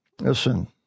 listen